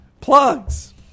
Plugs